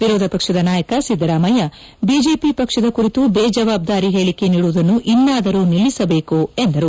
ವಿರೋಧ ಪಕ್ಷದ ನಾಯಕ ಸಿದ್ದರಾಮಯ್ಯ ಬಿಜೆಪಿ ಪಕ್ಷದ ಕುರಿತು ಬೇಜವಾಬ್ದಾರಿ ಹೇಳಿಕೆ ನೀಡುವುದನ್ನು ಇನ್ನಾದರೂ ನಿಲ್ಲಿಸಬೇಕು ಎಂದರು